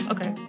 Okay